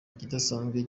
kidasanzwe